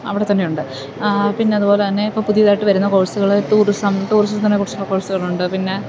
അവിടെത്തന്നെയുണ്ട് പിന്നെ അതുപോലെതന്നെ ഇപ്പോള് പുതിയതായിട്ടു വരുന്ന കോഴ്സുകള് ടൂറിസം ടൂറിസത്തിനെക്കുറിച്ചുള്ള കോഴ്സുകളുണ്ട് പിന്നെ